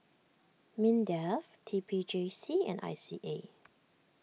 Mindef T P J C and I C A